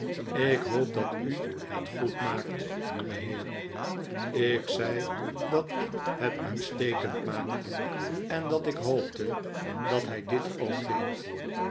ik hoop dat u het goed maakt jongeheer ik zei dat ik het uitstekend maakte en dat ik hoopte dat hij dit ook deed